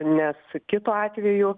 nes kitu atveju